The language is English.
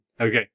Okay